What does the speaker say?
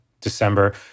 December